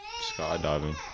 Skydiving